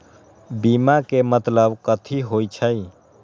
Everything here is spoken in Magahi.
बीमा के मतलब कथी होई छई?